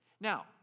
Now